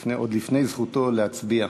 עוד לפני זכותו להצביע.